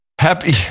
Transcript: Happy